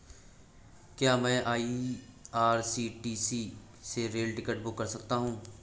क्या मैं आई.आर.सी.टी.सी से रेल टिकट बुक कर सकता हूँ?